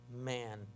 man